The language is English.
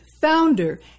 founder